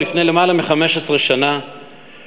לפני למעלה מ-15 שנה,